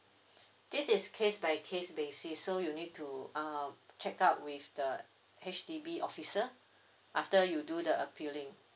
this is case by case basis so you need to uh check out with the H_D_B officer after you do the appealing